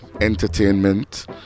entertainment